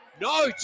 no